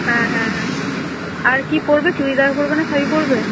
হ্যাঁ হ্যাঁ হ্যাঁ আর কি পরবে চুড়িদার পরবে না শাড়ি পরবে